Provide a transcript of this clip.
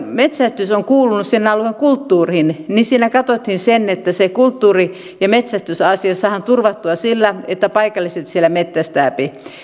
metsästys on kuulunut sen alueen kulttuuriin katsottiin että se kulttuuri ja metsästysasia saadaan turvattua sillä että paikalliset siellä metsästävät